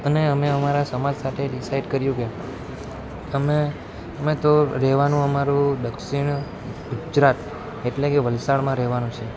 અને અમે અમારા સમાજ સાથે ડીસાઈડ કર્યું કે અમે અમે તો રહેવાનું અમારું દક્ષિણ ગુજરાત એટલે કે વલસાડમાં રહેવાનું છે